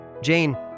Jane